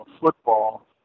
football